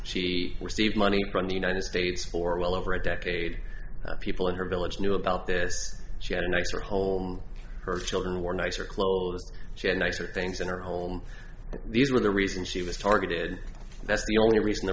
she received money from the united states for well over a decade people in her village knew about this she had a nicer home her children wore nicer clothes she had nicer things in her home and these were the reason she was targeted that's the only reason the